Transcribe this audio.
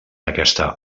aquesta